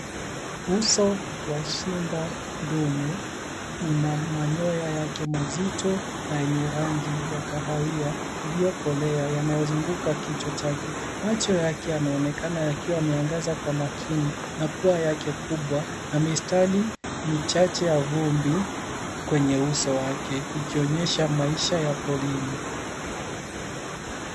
Uso wa simba ndume, una manyoya yake mazito na yenye rangi ya kahawia iliyokolea, yanayozunguka kichwa chake. Macho yake yanaonekana yakiwa yameangaza kwa makini, na pua yake kubwa, na mistari michache ya vumbi kwenye uso wake, ikionyesha maisha ya porini.